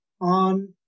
on